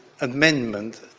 amendment